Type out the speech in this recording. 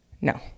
No